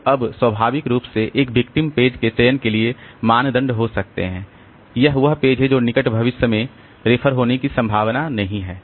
तो अब स्वाभाविक रूप से एक विक्टिम पेज के चयन के लिए मानदंड हो सकते हैं यह वह पेज है जो निकट भविष्य में रेफर होने की संभावना नहीं है